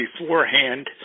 beforehand